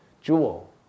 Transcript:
jewel